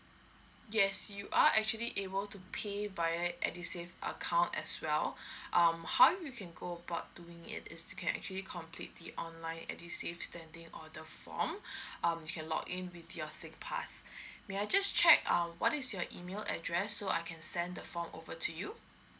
yes you are actually able to pay via edusave account as well um how you can go about doing it is you can actually complete the online and receive standing order form um you can log in with your singpass may I just check um what is your email address so I can send the form over to you